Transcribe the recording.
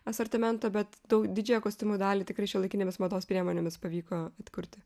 asortimento bet dau didžiąją kostiumų dalį tikrai šiuolaikinėmis mados priemonėmis pavyko atkurti